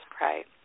right